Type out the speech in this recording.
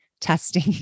testing